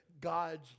God's